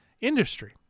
industry